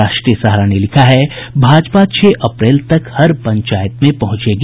राष्ट्रीय सहारा ने लिखा है भाजपा छह अप्रैल तक हर पंचायत में पहुंचेगी